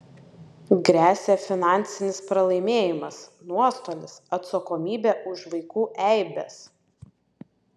gresia finansinis pralaimėjimas nuostolis atsakomybė už vaikų eibes